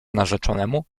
narzeczonemu